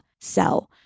sell